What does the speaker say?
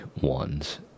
ones